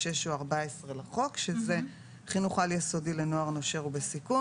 (6) או (14) לחוק שזה חינוך על יסודי לנוער נושר או בסיכון,